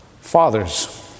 fathers